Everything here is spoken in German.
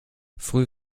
früh